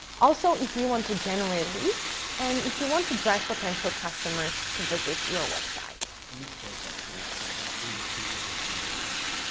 also if you want to generate leads and if you want to drive potential customers to visit your website. greg and this goes back to what you said about these are people who have intent,